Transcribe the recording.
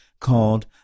called